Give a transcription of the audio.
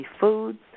foods